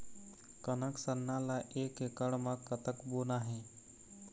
कनक सरना ला एक एकड़ म कतक बोना हे?